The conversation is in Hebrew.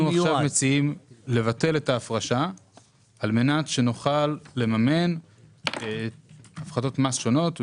אנחנו עכשיו מציעים לבטל את ההפרשה כדי שנוכל לממן הפחתות מס שונות,